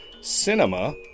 cinema